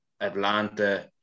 Atlanta